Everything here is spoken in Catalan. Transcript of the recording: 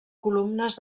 columnes